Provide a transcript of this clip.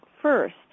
first